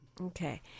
Okay